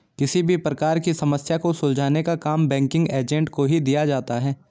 किसी भी प्रकार की समस्या को सुलझाने का काम बैंकिंग एजेंट को ही दिया जाता है